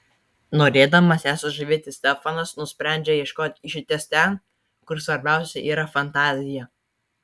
norėdamas ją sužavėti stefanas nusprendžia ieškoti išeities ten kur svarbiausia yra fantazija